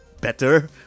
better